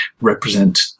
represent